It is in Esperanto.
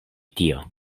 tio